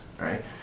Right